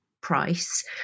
price